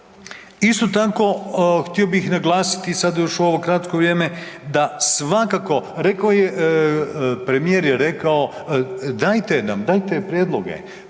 Isto tako htio bih naglasiti sad još u ovo kratko vrijeme da svakako, premijer je rekao dajte prijedloge,